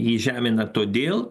jį žemina todėl